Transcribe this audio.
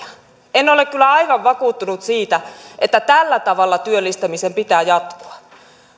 en ole kyllä aivan vakuuttunut siitä että tällä tavalla työllistämisen pitää jatkua